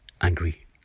angry